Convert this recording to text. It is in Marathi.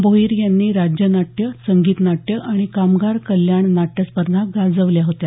भोईर यांनी राज्य नाट्य संगीत नाट्य आणि कामगार कल्याण नाट्य स्पर्धा गाजविल्या होत्या